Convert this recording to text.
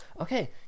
Okay